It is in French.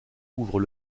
ouvrent